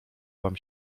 wam